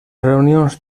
reunions